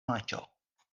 manĝo